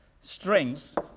strings